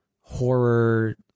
horror